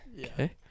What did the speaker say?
Okay